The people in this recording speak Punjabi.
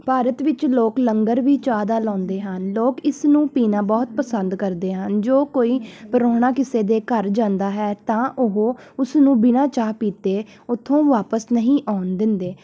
ਭਾਰਤ ਵਿੱਚ ਲੋਕ ਲੰਗਰ ਵੀ ਚਾਹ ਦਾ ਲਾਉਂਦੇ ਹਨ ਲੋਕ ਇਸ ਨੂੰ ਪੀਣਾ ਬਹੁਤ ਪਸੰਦ ਕਰਦੇ ਹਨ ਜੇ ਕੋਈ ਪਰਾਹੁਣਾ ਕਿਸੇ ਦੇ ਘਰ ਜਾਂਦਾ ਹੈ ਤਾਂ ਉਹ ਉਸਨੂੰ ਬਿਨਾ ਚਾਹ ਪੀਤੇ ਉੱਥੋਂ ਵਾਪਸ ਨਹੀਂ ਆਉਣ ਦਿੰਦੇ